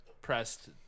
pressed